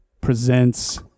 Presents